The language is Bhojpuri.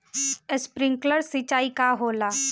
स्प्रिंकलर सिंचाई का होला?